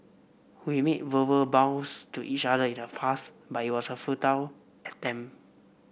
we made verbal vows to each other in the past but it was a futile attempt